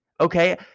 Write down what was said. Okay